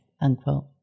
unquote